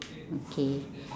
okay